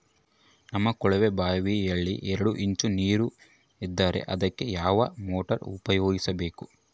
ನಮ್ಮ ಕೊಳವೆಬಾವಿಯಲ್ಲಿ ಎರಡು ಇಂಚು ನೇರು ಇದ್ದರೆ ಅದಕ್ಕೆ ಯಾವ ಮೋಟಾರ್ ಉಪಯೋಗಿಸಬೇಕು?